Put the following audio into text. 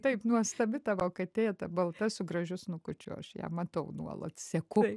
taip nuostabi tavo katė ta balta su gražiu snukučiu aš ją matau nuolat seku